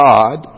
God